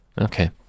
Okay